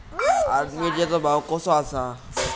आज मिरचेचो भाव कसो आसा?